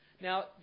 Now